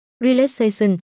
relaxation